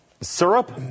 syrup